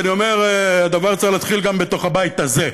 ואני אומר שהדבר צריך להתחיל גם בתוך הבית הזה.